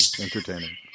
entertaining